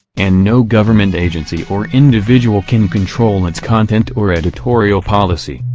and no government agency or individual can control its content or editorial policy.